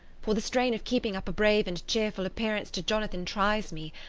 for the strain of keeping up a brave and cheerful appearance to jonathan tries me,